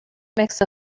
makes